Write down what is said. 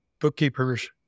bookkeepers